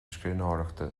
scríbhneoireachta